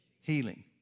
healing